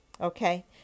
Okay